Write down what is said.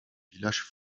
villages